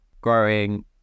growing